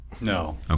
No